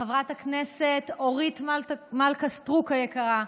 חברת הכנסת אורית מלכה סטרוק היקרה,